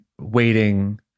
waiting